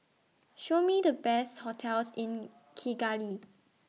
Show Me The Best hotels in Kigali